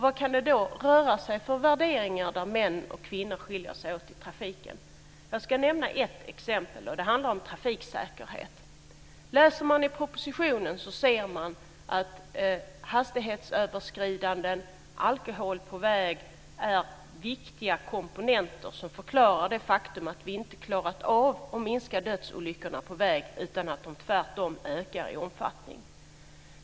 Vad kan det då röra sig om för värderingar i trafiken där män och kvinnor skiljer sig åt? Jag ska nämna ett exempel, och det handlar om trafiksäkerhet. Om man läser i propositionen ser man att hastighetsöverskridanden och alkohol på väg är viktiga komponenter som förklarar det faktum att vi inte har klarat av att minska dödsolyckorna på väg utan att de tvärtom ökar i omfattning.